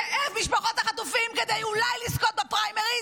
נעמה לזימי, כשאת יצאת לרחוב,